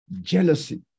jealousy